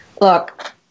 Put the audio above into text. Look